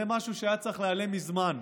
זה משהו שהיה צריך להיעלם מזמן.